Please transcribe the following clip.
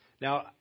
now